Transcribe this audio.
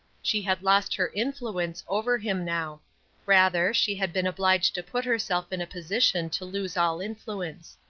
she had lost her influence over him now rather, she had been obliged to put herself in a position to lose all influence.